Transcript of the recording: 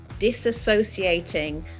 disassociating